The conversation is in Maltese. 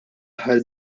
aħħar